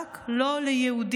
רק לא ליהודים.